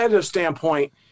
standpoint